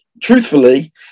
truthfully